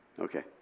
Okay